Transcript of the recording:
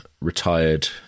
retired